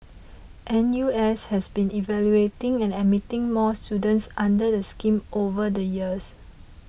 N U S has been evaluating and admitting more students under the scheme over the years